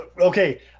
Okay